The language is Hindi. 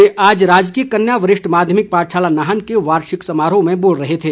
वे आज राजकीय कन्या वरिष्ठ माध्यमिक पाठशाला नाहन के वार्षिक समारोह में बोल रहे थे